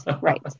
right